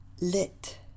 Lit